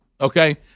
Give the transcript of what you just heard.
Okay